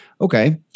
Okay